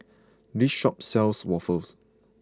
this shop sells waffles